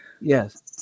Yes